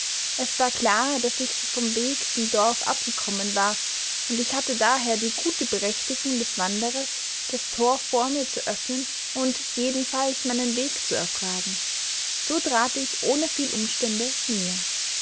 es war klar daß ich vom weg zum dorf abgekommen war und ich hatte daher die gute berechtigung des wanderers das tor vor mir zu öffnen und jedenfalls meinen weg zu erfragen so trat ich ohne viel umstände näher